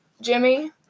Jimmy